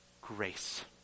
grace